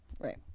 Right